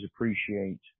appreciate